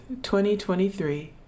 2023